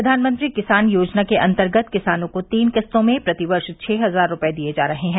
प्रवानमंत्री किसान योजना के अन्तगर्त किसानों को तीन किस्तों में प्रतिवर्ष छह हजार रूपये दिए जा रहे हैं